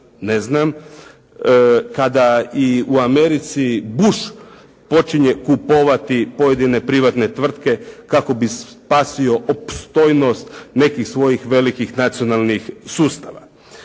trenucima kada i u Americi Bush počinje kupovati pojedine privatne tvrtke kako bi spasio opstojnost nekih svojih velikih nacionalnih sustava.